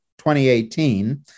2018